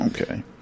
okay